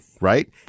right